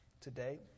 today